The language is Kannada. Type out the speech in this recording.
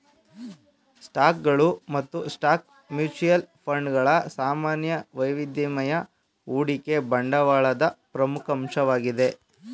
ಸ್ಟಾಕ್ಗಳು ಮತ್ತು ಸ್ಟಾಕ್ ಮ್ಯೂಚುಯಲ್ ಫಂಡ್ ಗಳ ಸಾಮಾನ್ಯ ವೈವಿಧ್ಯಮಯ ಹೂಡಿಕೆ ಬಂಡವಾಳದ ಪ್ರಮುಖ ಅಂಶವಾಗಿದೆ